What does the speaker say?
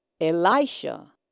Elisha